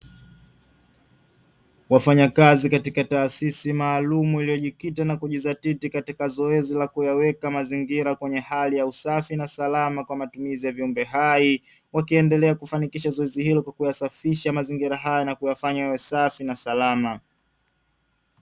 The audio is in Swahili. Wafanyakazi katika taasisi maalumu iliyojikita na kujizatiti katika zoezi la kuyaweka mazingira kwenye hali ya usafi na salama kwa matumizi ya viumbe hai, wakiendelea kufanikisha zoezi hilo kwa kuyasafisha mazingira haya na kuyafanya yawe safi na salama.